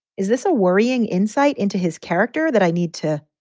is this a worrying insight into his character that i need to,